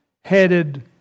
headed